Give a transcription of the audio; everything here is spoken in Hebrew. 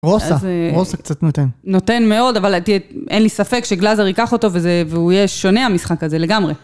רוסה, רוסה קצת נותן. נותן מאוד, אבל אין לי ספק שגלזר ייקח אותו והוא יהיה שונה המשחק הזה לגמרי.